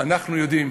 אנחנו יודעים